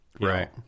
Right